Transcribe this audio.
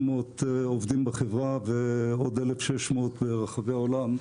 עובדים בחברה ועוד 1,600 ברחבי העולם,